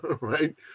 right